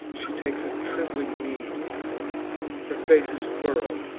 she takes a trembling mien her face is furrow'd,